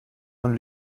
von